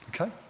Okay